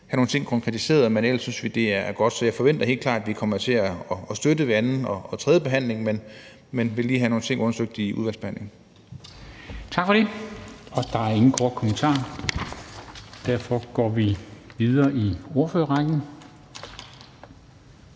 have nogle ting konkretiseret. Men ellers synes vi, det er godt, så jeg forventer helt klart, at vi kommer til at støtte det ved anden- og tredjebehandlingen. Men vi vil som sagt lige have nogle ting undersøgt i udvalgsbehandlingen. Kl. 21:12 Formanden (Henrik Dam Kristensen): Tak for det. Der er ingen